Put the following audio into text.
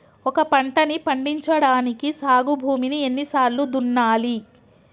ఒక పంటని పండించడానికి సాగు భూమిని ఎన్ని సార్లు దున్నాలి?